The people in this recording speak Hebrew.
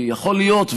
כי יכול להיות,